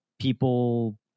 people